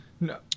no